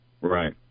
Right